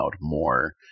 more